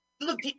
Look